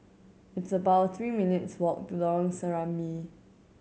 it's about three minutes' walk to Lorong Serambi